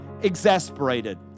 exasperated